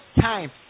time